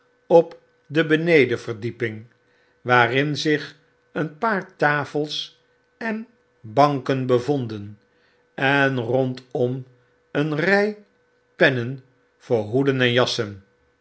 op de benedenverdiepmg waarin zich eenpaar tafels en banken bevonden en rondom een ry pennen voor hoeden en jassen